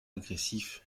agressifs